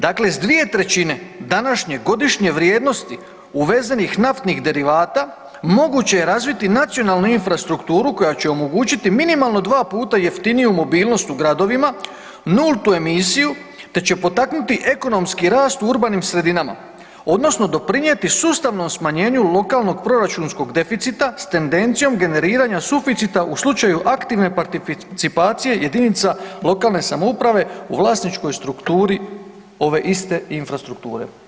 Dakle, s 2/3 današnje godišnje vrijednosti uvezenih naftnih derivata moguće je razviti nacionalnu infrastrukturu koja će omogućiti minimalno 2 puta jeftiniju mobilnost u gradovima, nultu emisiju te će potaknuti ekonomski rast u urbanim sredinama odnosno doprinijeti sustavnom smanjenju lokalnog proračunskog deficita s tendencijom generiranja suficita u slučaju aktivne participacije jedinica lokalne samouprave u vlasničkoj strukturi ove iste infrastrukture.